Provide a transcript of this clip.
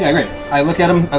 i mean i look at him,